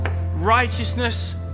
righteousness